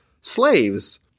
slaves